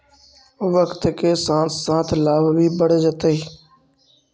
वक्त के साथ साथ लाभ भी बढ़ जतइ